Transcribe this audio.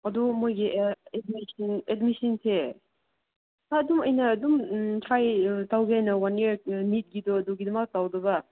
ꯑꯗꯨ ꯃꯣꯏꯒꯤ ꯑꯦꯗꯃꯤꯁꯟꯁꯦ ꯑꯗꯨꯝ ꯑꯩꯅ ꯑꯗꯨꯝ ꯇ꯭ꯔꯥꯏ ꯇꯧꯒꯦꯅ ꯋꯥꯟ ꯏꯌꯔ ꯅꯤꯠꯀꯤꯗꯨ ꯑꯗꯨꯒꯤꯗꯃꯛ ꯇꯧꯗꯕ